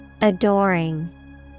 Adoring